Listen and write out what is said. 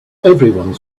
everyone